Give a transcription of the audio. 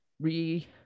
re